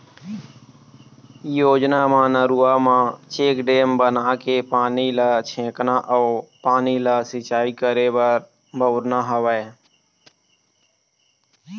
योजना म नरूवा म चेकडेम बनाके पानी ल छेकना अउ पानी ल सिंचाई करे बर बउरना हवय